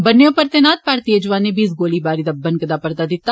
बन्ने उप्पर तैनात भारतीय जौआने बी इस गोलीबारी दा बनकदा परता दित्ता